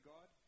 God